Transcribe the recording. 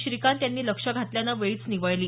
श्रीकांत यांनी लक्ष घातल्यानं वेळीच निवळली